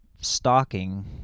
stalking